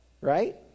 right